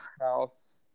house